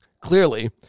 Clearly